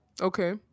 Okay